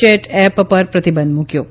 chat app પર પ્રતિબંધ મુકયો છે